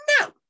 No